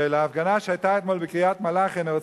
להפגנה שהיתה אתמול בקריית-מלאכי, יש